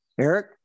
Eric